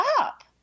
up